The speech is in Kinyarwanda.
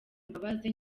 imbabazi